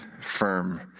firm